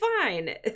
fine